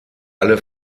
alle